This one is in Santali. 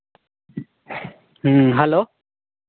ᱦᱮᱸ ᱦᱮᱞᱳ